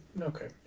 Okay